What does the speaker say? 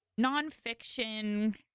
nonfiction